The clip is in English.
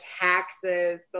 taxes